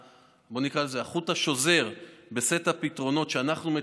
החוט השזור בסט הפתרונות שאנחנו,